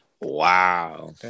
Wow